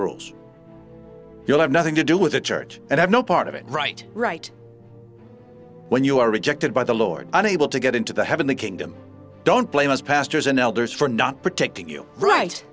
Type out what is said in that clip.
rules you'll have nothing to do with the church and have no part of it right right when you are rejected by the lord unable to get into the heavenly kingdom don't blame us pastors and elders for not protecting you right